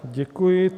Děkuji.